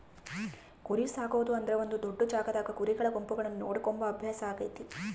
ಕುರಿಸಾಕೊದು ಅಂದ್ರ ಒಂದು ದೊಡ್ಡ ಜಾಗದಾಗ ಕುರಿಗಳ ಗುಂಪುಗಳನ್ನ ನೋಡಿಕೊಂಬ ಅಭ್ಯಾಸ ಆಗೆತೆ